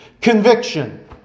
Conviction